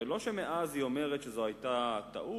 ולא שמאז היא אומרת שזו היתה טעות,